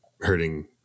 hurting